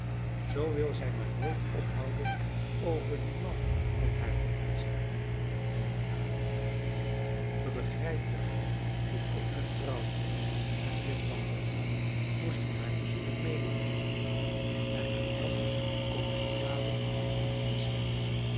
zoo wil zij maar nooit ophouden over dien man van haar te kniezen en te malen gij begrijpt wel toen ik getrouwd was en hier kwam wonen moest ik haar natuurlijk medenemen en haar man kon mijn vader niet missen